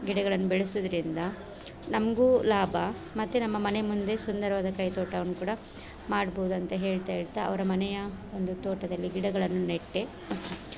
ಗಿಡಗಳನ್ನು ಬೆಳೆಸುವುದ್ರಿಂದ ನಮಗೂ ಲಾಭ ಮತ್ತು ನಮ್ಮ ಮನೆ ಮುಂದೆ ಸುಂದರವಾದ ಕೈ ತೋಟವನ್ನು ಕೂಡ ಮಾಡ್ಬೋದಂತ ಹೇಳುತ್ತಾ ಹೇಳುತ್ತಾ ಅವರ ಮನೆಯ ಒಂದು ತೋಟದಲ್ಲಿ ಗಿಡಗಳನ್ನು ನೆಟ್ಟೆ